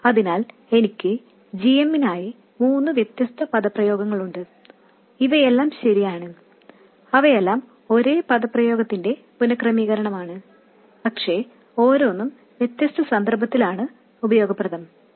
അതിനാൽ എനിക്ക് g m നായി മൂന്ന് വ്യത്യസ്ത പദപ്രയോഗങ്ങളുണ്ട് ഇവയെല്ലാം ശരിയാണ് അവയെല്ലാം ഒരേ പദപ്രയോഗത്തിന്റെ പുനഃക്രമീകരണമാണ് പക്ഷേ ഓരോന്നും വ്യത്യസ്ത സന്ദർഭത്തിൽ ഉപയോഗപ്രദമാണ്